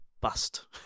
bust